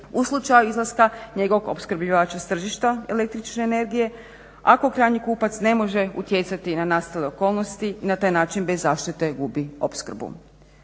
u slučaju izlaska njegovog opskrbljivača s tržišta električne energije ako krajnji kupac ne može utjecati na nastale okolnosti i na taj način bez zaštite gubi opskrbu.